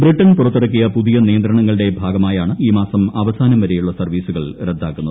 Britain പുറ്ത്തിറക്കിയ പുതിയ നിയന്ത്രണങ്ങളുടെ ഭാഗമായാണ് ഈ മാസം അവസാനം വരെയുള്ള സർവ്വീസുകൾ റദ്ദാക്കുന്നത്